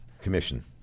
Commission